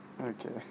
Okay